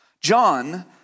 John